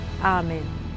Amen